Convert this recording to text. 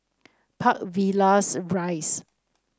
Park Villas Rise